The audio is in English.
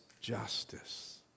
justice